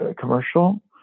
commercial